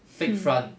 fake front